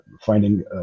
finding